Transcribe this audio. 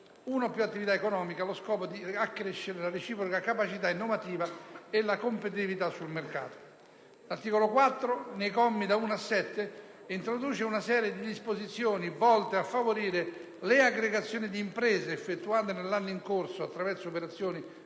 L'articolo 4, nei commi da 1 a 7, introduce una serie di disposizioni volte a favorire le aggregazioni di imprese effettuate nell'anno in corso attraverso operazioni di